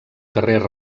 carrer